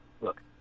look